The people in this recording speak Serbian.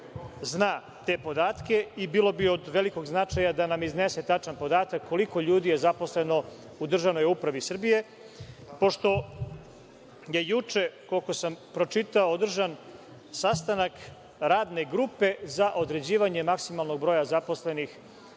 zna te podatke i bilo bi od velikog značaja da nam iznese tačan podatak koliko ljudi je zaposleno u državnoj upravi Srbije, pošto je juče, koliko sam pročitao, održan sastanak radne grupe za određivanje maksimalnog broja zaposlenih